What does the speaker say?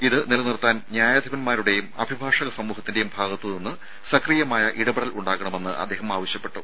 അത് നിലനിർത്താൻ ന്യായാധിപൻമാരുടെയും അഭിഭാഷക സമൂഹത്തിന്റെയും ഭാഗത്തുനിന്ന് സക്രിയമായ ഇടപെടൽ ഉണ്ടാവണമെന്ന് അദ്ദേഹം ആവശ്യപ്പെട്ടു